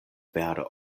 vere